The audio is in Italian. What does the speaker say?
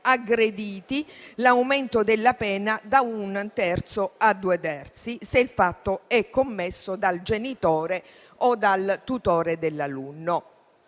aggrediti, l'aumento della pena da un terzo a due terzi, se il fatto è commesso dal genitore o dal tutore dell'alunno.